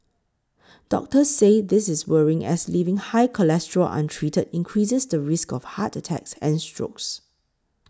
doctors say this is worrying as leaving high cholesterol untreated increases the risk of heart attacks and strokes